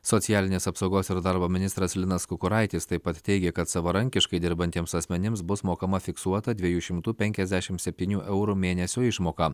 socialinės apsaugos ir darbo ministras linas kukuraitis taip pat teigė kad savarankiškai dirbantiems asmenims bus mokama fiksuota dvejų šimtų penkiasdešim septynių eurų mėnesio išmoka